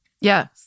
Yes